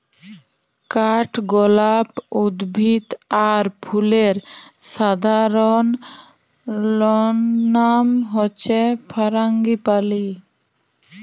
কাঠগলাপ উদ্ভিদ আর ফুলের সাধারণলনাম হচ্যে ফারাঙ্গিপালি